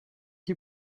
qui